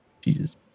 Jesus